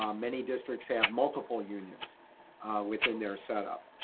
um many districts have multiple unions within their setup.